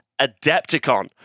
Adepticon